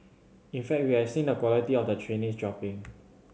in fact we have seen the quality of the trainee dropping